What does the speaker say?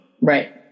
Right